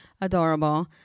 adorable